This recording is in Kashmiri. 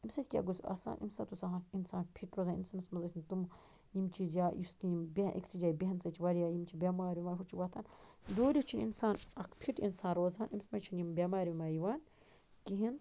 اَمہِ سۭتۍ کیٛاہ گوٚژھ آسان اَمہِ ساتہٕ اوس آسان اِنسان فِٹ روزان اَمہِ سِنٛدِس منٛز تِم یِم چیٖز یا یُس نہٕ یِم بیٚہن أکسٕے جایہِ بیٚہن سۭتۍ چھِ وارِیاہ یِم چھِ بیٚمار یِوان ہُہ چھُ وۄتھان دوٗرتھ چھُ اِنسان اَکھ فِٹ اِنسان روزان أمِس منٛز چھنہٕ یِم بیٚمارۍ ویٚمارۍ یِوان کِہیٖنٛۍ